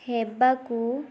ହେବାକୁ